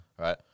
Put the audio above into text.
Right